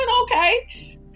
okay